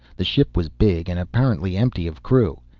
the ship was big and apparently empty of crew.